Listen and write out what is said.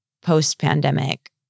post-pandemic